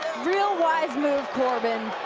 real wise move, corbin.